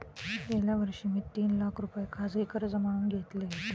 गेल्या वर्षी मी तीन लाख रुपये खाजगी कर्ज म्हणून घेतले होते